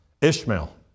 Ishmael